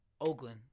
Oakland